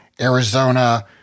Arizona